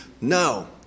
No